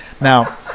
Now